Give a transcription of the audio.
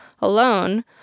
alone